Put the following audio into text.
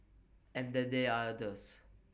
and then there're others